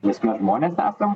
nes mes žmonės esam